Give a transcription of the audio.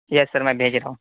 یس sir میں بھیج رہا ہوں